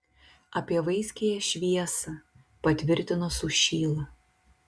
apie vaiskiąją šviesą patvirtino sušyla